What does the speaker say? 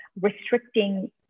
restricting